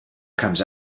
comes